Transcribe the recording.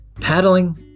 Paddling